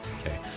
Okay